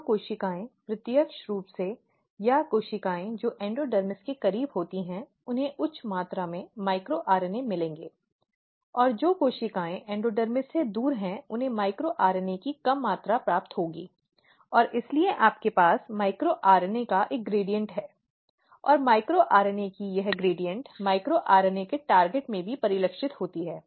जो कोशिकाएं प्रत्यक्ष रूप से या कोशिकाएं जो एंडोडर्मिस के करीब होती हैं उन्हें उच्च मात्रा में माइक्रो आरएनए मिलेंगे और जो कोशिकाएं एंडोडर्मिस से दूर हैं उन्हें माइक्रो आरएनए की कम मात्रा प्राप्त होगी और इसीलिए आपके पास माइक्रो आरएनए का एक ग्रेडियंट है और माइक्रो आरएनए की यह ग्रेडियंट माइक्रो आरएनए के टारगेट में भी परिलक्षित होती है